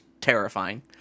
terrifying